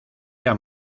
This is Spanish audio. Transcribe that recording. era